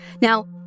Now